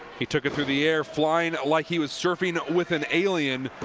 he took it through the air flying like he was surfing with an alien